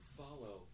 follow